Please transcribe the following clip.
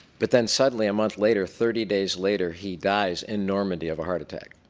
but then suddenly a month later thirty days later he dies in normandy of a heart attack.